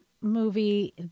movie